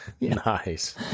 Nice